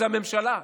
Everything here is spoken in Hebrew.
זה הממשלה.